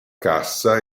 cassa